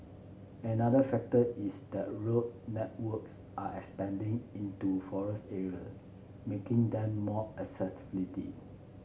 another factor is that road networks are expanding into forest area making them more accessibility